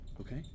okay